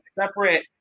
separate